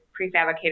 prefabricated